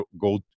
go